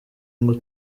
ngo